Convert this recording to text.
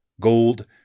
gold